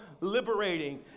liberating